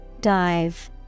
Dive